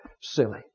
Silly